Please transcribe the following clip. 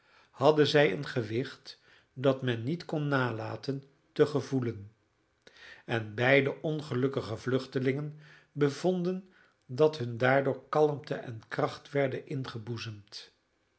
hadden zij een gewicht dat men niet kon nalaten te gevoelen en beide ongelukkige vluchtelingen bevonden dat hun daardoor kalmte en kracht werden